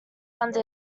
under